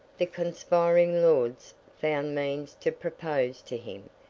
the conspiring lords found means to propose to him,